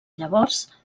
llavors